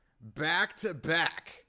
back-to-back